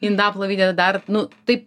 į indaplovę įdeda dar nu taip